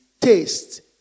taste